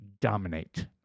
dominate